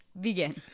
begin